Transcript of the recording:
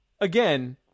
again